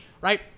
Right